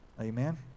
Amen